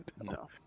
No